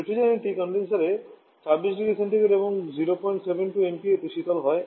রেফ্রিজারেন্টটি কনডেনসারে 26 0 সি এবং 072 MPa তে শীতল হয়